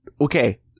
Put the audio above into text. okay